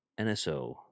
NSO